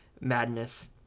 Madness